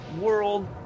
World